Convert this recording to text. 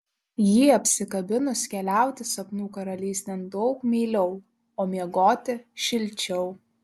jį apsikabinus keliauti sapnų karalystėn daug mieliau o miegoti šilčiau